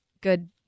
good